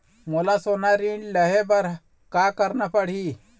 मोला सोना ऋण लहे बर का करना पड़ही?